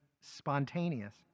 spontaneous